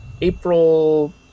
April